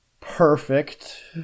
perfect